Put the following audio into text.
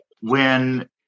when-